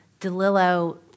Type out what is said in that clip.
DeLillo